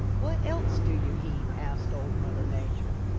what else do you eat? asked old mother nature.